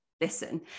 listen